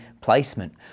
placement